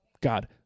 God